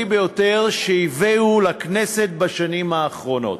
ביותר שהביאו לכנסת בשנים האחרונות.